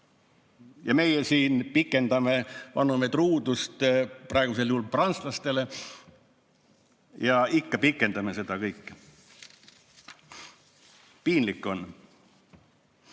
Ja meie siin pikendame, vannume truudust praegusel juhul prantslastele. Ja ikka pikendame seda kõike. Piinlik on! Ja